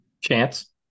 Chance